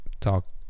talk